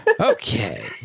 Okay